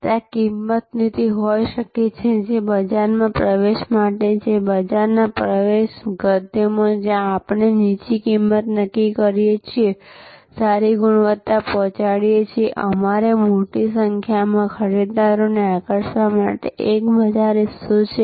ત્યાં કિંમત નીતિ હોઈ શકે છે જે બજારમાં પ્રવેશ માટે છે બજારના પ્રવેશ ગદ્યમાં જ્યાં આપણે નીચી કિંમત નક્કી કરીએ છીએ સારી ગુણવત્તા પહોંચાડીએ છીએઅમારે મોટી સંખ્યામાં ખરીદદારોને આકર્ષવા માટે એક મોટો બજાર હિસ્સો છે